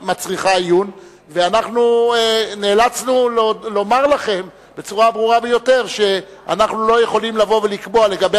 אנחנו נאלצנו לומר לכם שאנחנו לא יכולים לקבוע לגבי